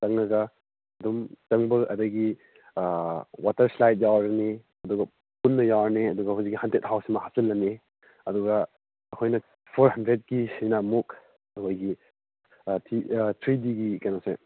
ꯆꯪꯉꯒ ꯑꯗꯨꯝ ꯆꯪꯕ ꯑꯗꯒꯤ ꯋꯥꯇꯔ ꯁ꯭ꯂꯥꯏꯗ ꯌꯥꯎꯔꯅꯤ ꯑꯗꯨꯒ ꯄꯨꯟꯅ ꯌꯥꯎꯔꯅꯤ ꯑꯗꯨꯒ ꯍꯧꯖꯤꯛꯀꯤ ꯍꯟꯇꯦꯇ ꯍꯥꯎꯁꯤꯃ ꯍꯥꯞꯆꯤꯜꯂꯅꯤ ꯑꯗꯨꯒ ꯑꯩꯈꯣꯏꯅ ꯐꯣꯔ ꯍꯨꯟꯗ꯭ꯔꯦꯗꯀꯤꯁꯤꯅ ꯑꯃꯨꯛ ꯑꯩꯈꯣꯏꯒꯤ ꯊ꯭ꯔꯤ ꯗꯤꯒꯤ ꯀꯩꯅꯣꯁꯦ